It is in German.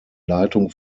leitung